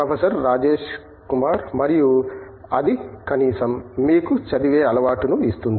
professor Rajesh Kumar మరియు అది కనీసం మీకు చదివే అలవాటును ఇస్తుంది